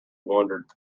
wondered